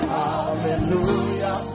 hallelujah